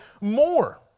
more